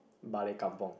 balik kampung